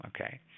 okay